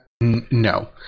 No